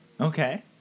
Okay